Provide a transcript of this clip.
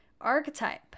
archetype